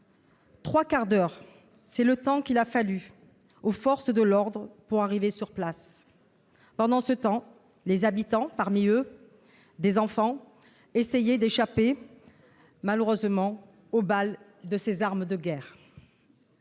Trois quarts d'heure, c'est le temps qu'il a fallu aux forces de l'ordre pour arriver sur place. Pendant ce temps, les habitants, dont des enfants, essayaient d'échapper aux balles de ces armes de guerre.